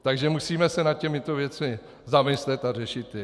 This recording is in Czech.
Takže musíme se nad těmito věcmi zamyslet a řešit je.